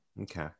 Okay